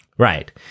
Right